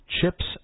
Chips